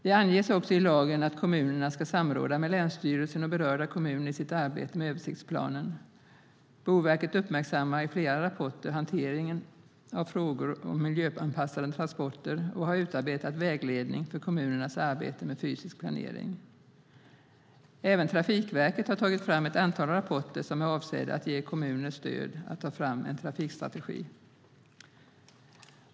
Det anges i lagen att kommunerna ska samråda med länsstyrelsen och berörda kommuner i sitt arbete med översiktsplanen. Boverket uppmärksammar i flera rapporter hanteringen av frågor om miljöanpassade transporter och har utarbetat en vägledning för kommunernas arbete med fysisk planering. Även Trafikverket har tagit fram ett antal rapporter som är avsedda att ge kommuner stöd att ta fram en trafikstrategi.